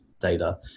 data